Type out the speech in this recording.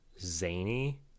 zany